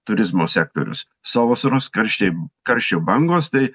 turizmo sektorius sa vasaros karščiai karščio bangos tai